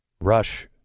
Rush